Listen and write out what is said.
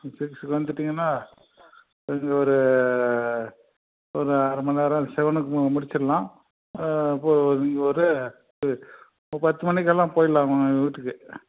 சிக்ஸுக்கு வந்துட்டீங்கனா ஒரு ஒரு அரமணி நேரம் செவனுக்கு முடிச்சிடலாம் போகும்போது ஒரு பத்து மணிக்கெல்லாம் போயிடலாம் நீங்கள் வீட்டுக்கு